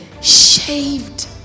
shaved